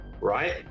right